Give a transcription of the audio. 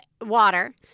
water